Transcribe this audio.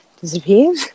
disappeared